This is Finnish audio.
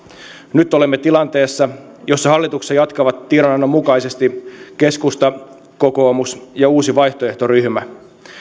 nyt olemme tilanteessa jossa hallituksessa jatkavat tiedonannon mukaisesti keskusta kokoomus ja uusi vaihtoehto ryhmä